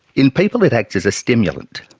in people it acts as a stimulant.